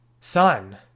son